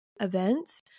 events